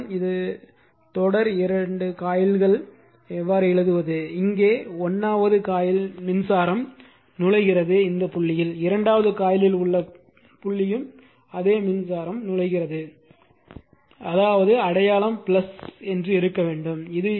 மின்சாரம் இது தொடர் 2 காயில்கள் எவ்வாறு எழுதுவது இங்கே 1 வது காயில் மின்சாரம் நுழைகிறது புள்ளி 2 வது காயிலில் உள்ள புள்ளியும் அதே மின்சாரம் நுழைகிறது புள்ளி அதாவது அடையாளம் இருக்க வேண்டும்